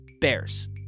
Bears